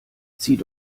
zieht